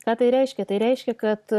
ką tai reiškia tai reiškia kad